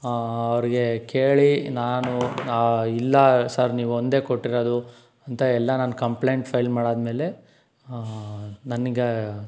ಅವ್ರಿಗೆ ಕೇಳಿ ನಾನು ಇಲ್ಲ ಸರ್ ನೀವು ಒಂದೇ ಕೊಟ್ಟಿರೋದು ಅಂತ ಎಲ್ಲ ನಾನು ಕಂಪ್ಲೆಂಟ್ ಫ಼ೈಲ್ ಮಾಡಾದಮೇಲೆ ನನಗೆ